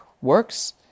works